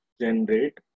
generate